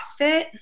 CrossFit